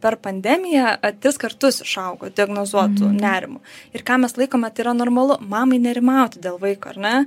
per pandemiją tris kartus išaugo diagnozuotų nerimų ir ką mes laikome tai yra normalu mamai nerimauti dėl vaiko ar ne